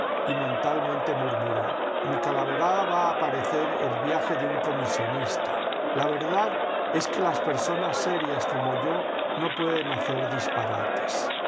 y mentalmente murmuró mi calaverada va a parecer el viaje de un comisionista la verdad es que las personas serias como yo no pueden hacer disparates